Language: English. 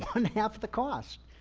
one half the cost.